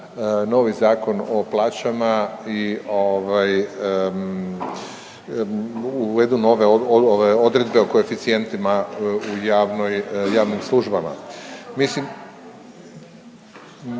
novi Zakon o plaćama i ovaj uvedu nove ove odredbe o koeficijentima u javnoj, javnim službama. Mislim…